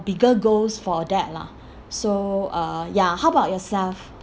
bigger goals for that lah so uh ya how about yourself